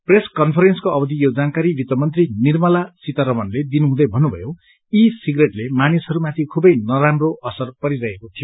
press कनफरेन्सको अवधि यो जानकारी वित्तमन्त्री निर्मला सीतारणमले दिनुहुँहै भन्नुभयो ई सिगरेटले मानिसहरूमाथि खूबै नराम्रो असर परिरहेको थियो